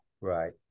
Right